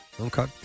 Okay